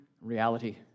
reality